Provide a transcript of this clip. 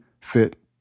fit